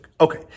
Okay